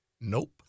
nope